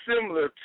similar